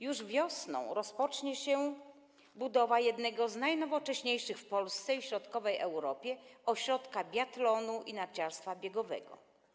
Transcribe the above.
Już wiosną rozpocznie się budowa jednego z najnowocześniejszych w Polsce i w Europie Środkowej ośrodka biathlonu i narciarstwa biegowego.